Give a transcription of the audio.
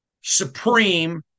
supreme